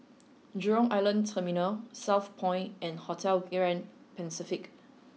Jurong Island Terminal Southpoint and Hotel Grand Pacific